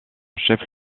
chef